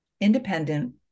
independent